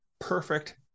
perfect